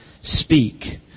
speak